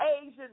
Asian